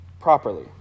properly